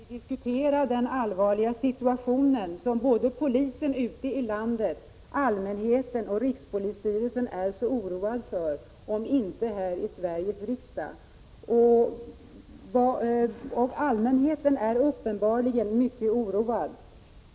Herr talman! Var någonstans skall vi diskutera den allvarliga situation som polisen ute i landet, allmänheten och rikspolisstyrelsen är oroade för, om inte här i Sveriges riksdag? Allmänheten är uppenbarligen mycket oroad.